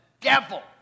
devil